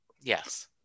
Yes